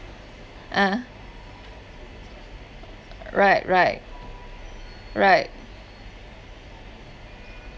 ah right right right